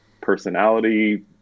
personality